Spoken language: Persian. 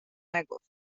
نگفت